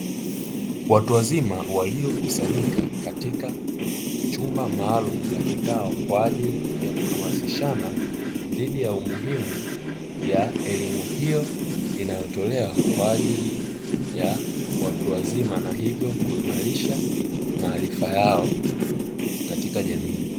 Watu wazima waliokusanyika katika chumba maalumu cha kikao kwa ajili ya kuhamasishana dhidi ya umuhimu wa elimu hiyo inayotolewa kwa ajili ya watu wazima na hivyo kuimarisha maarifa yao katika jamii.